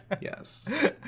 yes